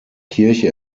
kirche